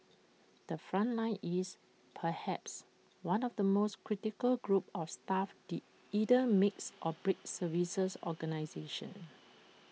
the front line is perhaps one of the most critical groups of staff that either makes or breaks services organisations